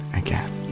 again